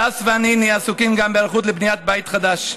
הדס ואני נהיה עסוקים גם בהיערכות לבניית בית חדש.